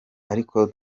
ariko